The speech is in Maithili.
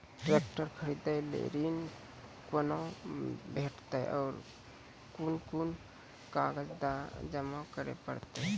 ट्रैक्टर खरीदै लेल ऋण कुना भेंटते और कुन कुन कागजात जमा करै परतै?